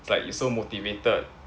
like you so motivated